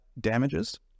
damages